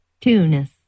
Tunis